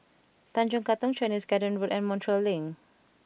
Tanjong Katong Chinese Garden Road and Montreal Link